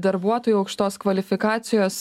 darbuotojų aukštos kvalifikacijos